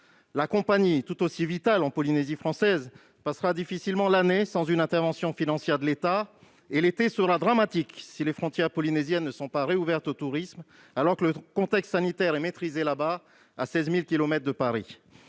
La compagnie, vitale pour la Polynésie française, passera difficilement l'année sans une intervention financière de l'État et l'été sera dramatique, si les frontières polynésiennes ne sont pas rouvertes au tourisme, alors que le contexte sanitaire est maîtrisé là-bas, à 16 000 kilomètres de Paris.